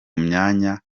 myanya